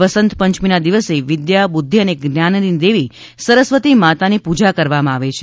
વસંતપંચમીના દિવસે વિદ્યા બુદ્ધિ અને જ્ઞાનની દેવી સરસ્વતી માતાની પૂજા કરવામાં આવે છે